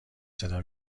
صدا